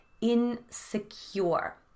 insecure